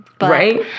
Right